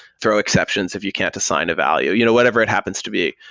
throw exceptions if you can't assign a value. you know whatever it happens to be.